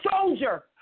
soldier